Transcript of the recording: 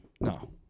No